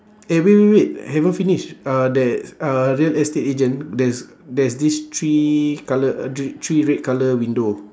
eh wait wait wait haven't finish uh there's uh real estate agent there's there's this three colour uh thr~ three red colour window